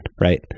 right